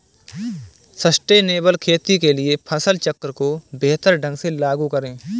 sustainable खेती के लिए फसल चक्र को बेहतर ढंग से लागू करें